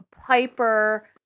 Piper